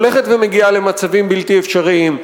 הולכת ומגיעה למצבים בלתי אפשריים,